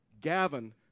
Gavin